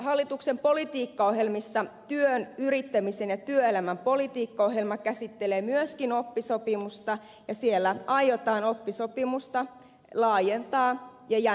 hallituksen politiikkaohjelmissa työn yrittämisen ja työelämän politiikkaohjelma käsittelee myöskin oppisopimusta ja siellä aiotaan oppisopimusta laajentaa ja jäntevöittää